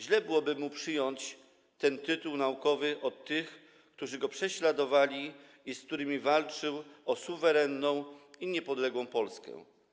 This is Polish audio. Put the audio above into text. Źle byłoby mu przyjąć ten tytuł naukowy od tych, którzy go prześladowali i z którymi walczył o suwerenną i niepodległą Polskę.